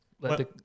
let